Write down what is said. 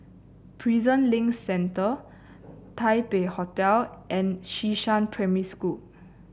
Prison Link Centre Taipei Hotel and Xishan Primary School